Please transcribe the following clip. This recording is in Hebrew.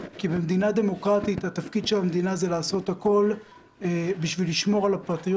כי במדינה דמוקרטית התפקיד של המדינה זה לעשות הכול כדי לשמור על הפרטיות